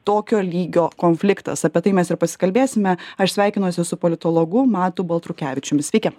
tokio lygio konfliktas apie tai mes ir pasikalbėsime aš sveikinuosi su politologu matu baltrukevičiaumi sveiki